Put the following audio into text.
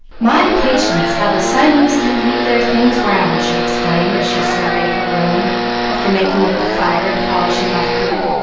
my patience! how the siamese do leave their things round, she exclaimed, as she surveyed her room after making up the fire and polishing off boo.